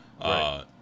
Right